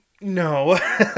no